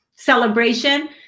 celebration